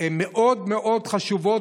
הן מאוד מאוד חשובות,